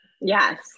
Yes